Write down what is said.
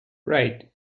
right